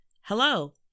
Hello